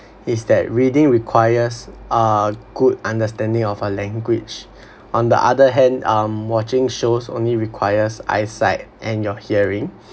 is that reading requires a good understanding of a language on the other hand um watching shows only requires eyesight and your hearing